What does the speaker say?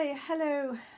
Hello